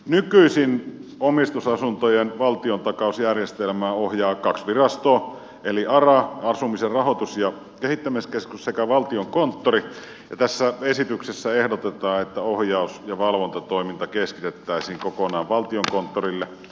nykyisin omistusasuntojen valtiontakausjärjestelmää ohjaa kaksi virastoa eli ara asumisen rahoitus ja kehittämiskeskus sekä valtiokonttori ja tässä esityksessä ehdotetaan että ohjaus ja valvontatoiminta keskitettäisiin kokonaan valtiokonttorille